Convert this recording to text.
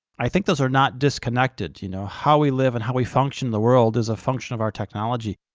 i think those are not disconnected, you know. how we live and how we function in the world is a function of our technology.